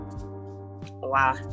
Wow